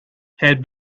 had